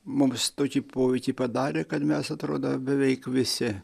mums tokį poveikį padarė kad mes atrodo beveik visi